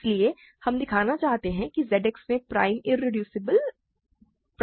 इसलिए हम दिखाना चाहते हैं कि Z X में प्राइम इरेड्यूसीबल एलिमेंट्स अभाज्य हैं